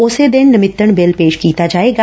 ਉਸੇ ਦਿਨ ਨਮਿਤਣ ਬਿੱਲ ਪੇਸ਼ ਕੀਤਾ ਜਾਏਗਾ